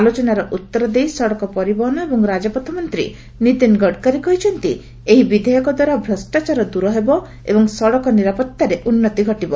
ଆଲୋଚନାର ଉତ୍ତର ଦେଇ ସଡ଼କ ପରିବହନ ଏବଂ ରାଜପଥ ମନ୍ତ୍ରୀ ନୀତିନ ଗଡ଼କରୀ କହିଛନ୍ତି ଏହି ବିଧେୟକ ଦ୍ୱାରା ଭ୍ରଷ୍ଟାଚାର ଦୂର ହେବ ଏବଂ ସଡ଼କ ନିରାପତ୍ତାରେ ଉନ୍ନତି ଘଟିବ